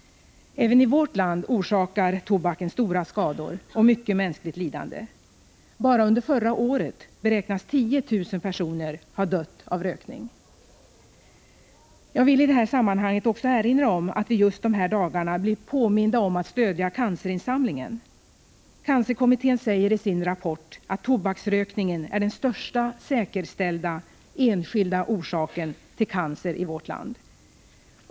Även i vårt land orsakar tobaken stora skador och mycket mänskligt lidande. Bara under förra året beräknas 10 000 personer ha dött av rökning. Jag vill i det här sammanhanget också erinra om att vi just dessa dagar blir påminda om att stödja cancerinsamlingen. Cancerkommittén säger i sin rapport att tobaksrökningen är den största säkerställda enskilda orsaken till cancer i vårt land.